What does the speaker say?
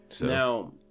Now